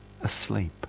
asleep